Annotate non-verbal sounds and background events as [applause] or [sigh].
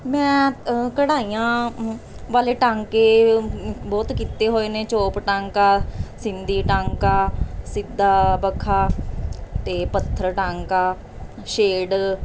ਮੈਂ ਕਢਾਈਆਂ [unintelligible] ਵਾਲੇ ਟਾਂਕੇ [unintelligible] ਬਹੁਤ ਕੀਤੇ ਹੋਏ ਨੇ ਚੋਪ ਟਾਂਕਾ ਸਿੰਦੀ ਟਾਂਕਾ ਸਿੱਧਾ ਬੱਖਾ ਅਤੇ ਪੱਥਰ ਟਾਂਕਾ ਸ਼ੇਡ